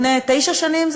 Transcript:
לפני תשע שנים,